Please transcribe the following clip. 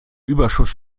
überschuss